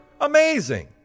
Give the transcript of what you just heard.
Amazing